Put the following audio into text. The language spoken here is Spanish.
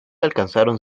alcanzaron